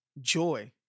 Joy